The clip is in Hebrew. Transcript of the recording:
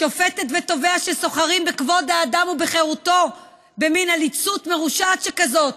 שופטת ותובע שסוחרים בכבוד האדם ובחירותו במין עליצות מרושעת שכזאת,